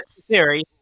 theory